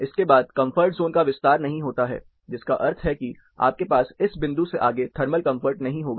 इसके बाद comfort zone का विस्तार नहीं होता है जिसका अर्थ है कि आपके पास इस बिंदु से आगे थर्मल कंफर्ट नहीं होगा